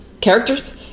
characters